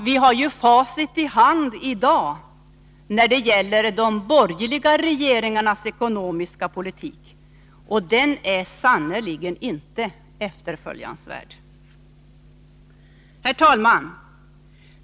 Vi har facit i hand i dag när det gäller de borgerliga regeringarnas ekonomiska politik, och den politiken är sannerligen inte efterföljansvärd. Herr talman!